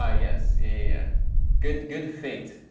ah yes yeah good good fate,